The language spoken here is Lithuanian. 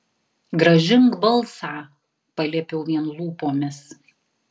grąžink balsą paliepiau vien lūpomis